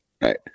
right